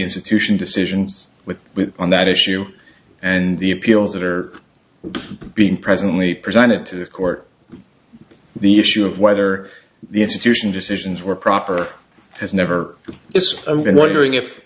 institution decisions with with on that issue and the appeals that are being presently presented to the court the issue of whether the institution decisions were proper has never escape and wondering if